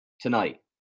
tonight